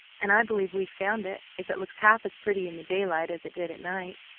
and i believe we've found it, if it looks half as pretty in the daylight as it did at night.